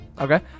Okay